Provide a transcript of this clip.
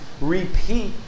repeat